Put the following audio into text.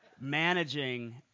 managing